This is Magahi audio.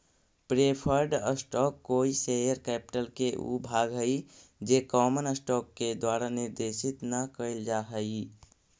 प्रेफर्ड स्टॉक कोई शेयर कैपिटल के ऊ भाग हइ जे कॉमन स्टॉक के द्वारा निर्देशित न कैल जा हइ